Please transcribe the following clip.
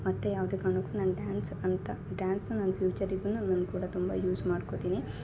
ಮತ್ತು ಯಾವುದೋ ಕಾರಣಕ್ಕೂ ನನ್ನ ಡ್ಯಾನ್ಸ್ ಅಂತ ಡ್ಯಾನ್ಸ್ನ ನನ್ನ ಫ್ಯುಚರ್ ಇದನ್ನು ನಾನು ಕೂಡ ತುಂಬಾ ಯೂಸ್ ಮಾಡ್ಕೊತೀನಿ